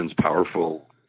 powerful